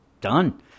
done